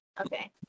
Okay